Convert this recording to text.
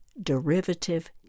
derivative